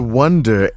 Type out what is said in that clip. wonder